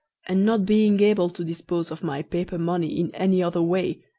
and not being able to dispose of my paper-money in any other way,